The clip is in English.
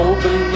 Open